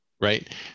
Right